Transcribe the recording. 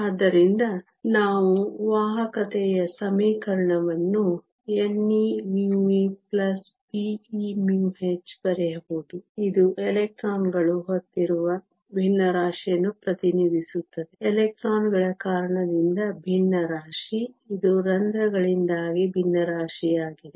ಆದ್ದರಿಂದ ನಾವು ವಾಹಕತೆಯ ಸಮೀಕರಣವನ್ನು neμe peμh ಬರೆಯಬಹುದು ಇದು ಎಲೆಕ್ಟ್ರಾನ್ಗಳು ಹೊತ್ತಿರುವ ಭಿನ್ನರಾಶಿಯನ್ನು ಪ್ರತಿನಿಧಿಸುತ್ತದೆ ಎಲೆಕ್ಟ್ರಾನ್ಗಳ ಕಾರಣದಿಂದ ಭಿನ್ನರಾಶಿ ಇದು ರಂಧ್ರಗಳಿಂದಾಗಿ ಭಿನ್ನರಾಶಿಯಾಗಿದೆ